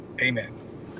Amen